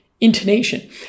intonation